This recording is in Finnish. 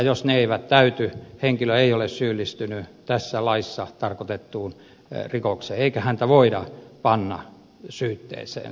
jos ne eivät täyty henkilö ei ole syyllistynyt tässä laissa tarkoitettuun rikokseen eikä häntä voida panna syytteeseen